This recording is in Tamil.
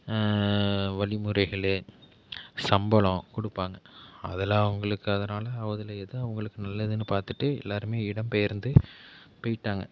வழிமுறைகள் சம்பளம் கொடுப்பாங்க அதில் அவர்களுக்கு அதனால் அதில் எது அவர்களுக்கு நல்லதுன்னு பார்த்துட்டு எல்லாருமே இடம் பெயர்ந்து போயிட்டாங்க